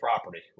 property